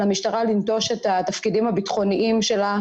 על המשטרה לנטוש את התפקידים הביטחוניים שלה,